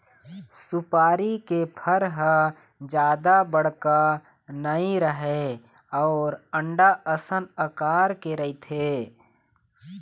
सुपारी के फर ह जादा बड़का नइ रहय अउ अंडा असन अकार के रहिथे